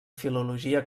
filologia